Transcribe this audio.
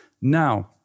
Now